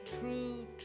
true